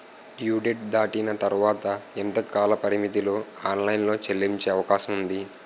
Due date దాటిన తర్వాత ఎంత కాలపరిమితిలో ఆన్ లైన్ లో చెల్లించే అవకాశం వుంది?